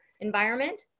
environment